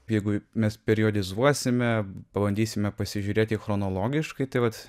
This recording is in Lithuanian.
jeigu mes periodizuosime pabandysime pasižiūrėti chronologiškai tai vat